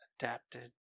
adapted